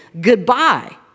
goodbye